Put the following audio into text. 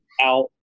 out